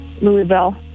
Louisville